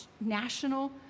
national